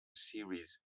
series